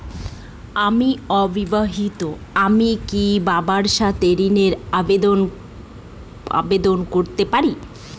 আমি অবিবাহিতা আমি কি বাবার সাথে ঋণের আবেদন করতে পারি?